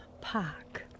park